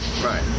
Right